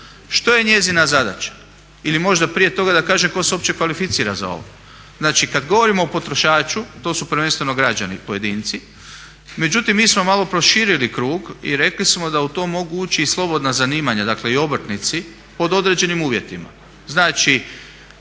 Što je njezina zadaća? Ili možda prije toga da kažem tko se uopće kvalificira za ovo. Znači kada govorimo o potrošaču, to su prvenstveno građani pojedinci. Međutim mi smo malo proširili krug i rekli smo da u to mogu ući i slobodna zanimanja, dakle i obrtnici pod određenim uvjetima. Znači